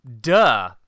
duh